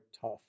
tough